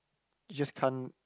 it just can't